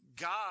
God